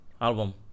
Album